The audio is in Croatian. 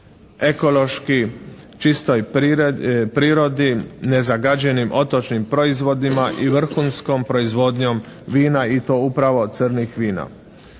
ekološki čistoj prirodi, nezagađenim otočnim proizvodima i vrhunskom proizvodnjom vina i to upravo crnih vina.